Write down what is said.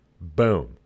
boom